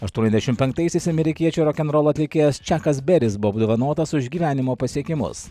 aštuoniasdešimt penktaisiais amerikiečių rokenrolo atlikėjas čiakas beris buvo apdovanotas už gyvenimo pasiekimus